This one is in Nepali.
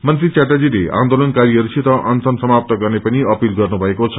मंत्री याटर्जीले आन्दोलनकारीहरूसित अनशन समाप्त गर्ने पनि अपील गर्नुभएको छ